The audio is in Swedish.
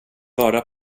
vara